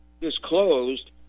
disclosed